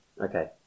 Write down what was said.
Okay